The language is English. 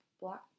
black